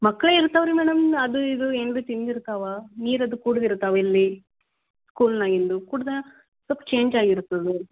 ಮಕ್ಕಳೇ ಇರ್ತಾವೆ ರೀ ಮೇಡಮ್ ಅದು ಇದು ಏನ್ರ ತಿಂದಿರ್ತಾವೆ ನೀರು ಅದು ಕುಡಿದಿರ್ತಾವೆ ಇಲ್ಲಿ ಸ್ಕೂಲ್ನಾಗಿಂದು ಕುಡ್ದು ಸ್ವಲ್ಪ್ ಚೇಂಜ್ ಆಗಿರ್ತದೆ